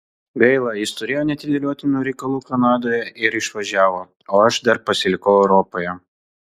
gaila jis turėjo neatidėliotinų reikalų kanadoje ir išvažiavo o aš dar pasilikau europoje